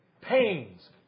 pains